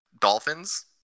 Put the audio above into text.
Dolphins